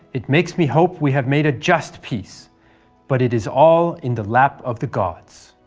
it makes me hope we have made a just peace but it is all in the lap of the gods.